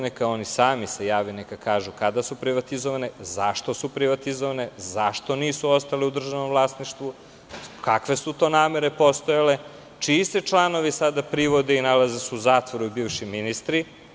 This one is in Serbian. Neka oni se sami jave i neka kažu kada su privatizovane, zašto su privatizovane, zašto nisu ostale u državnom vlasništvu, kakve su to namere postojale, čiji se članovi sada privode i nalaze se u zatvoru i bivši ministri.